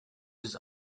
his